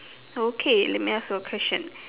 okay let me ask you a question